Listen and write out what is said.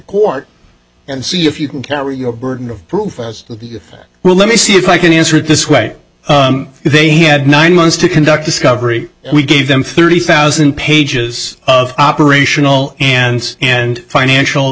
court and see if you can carry your burden of proof as well let me see if i can answer it this way they had nine months to conduct discovery we gave them thirty thousand pages of operational and and financial